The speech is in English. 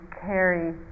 carry